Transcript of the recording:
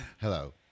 Hello